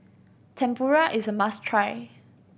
tempura is a must try